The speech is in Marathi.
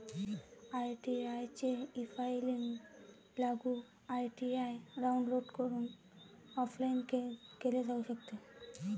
आई.टी.आर चे ईफायलिंग लागू आई.टी.आर डाउनलोड करून ऑफलाइन केले जाऊ शकते